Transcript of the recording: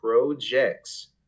projects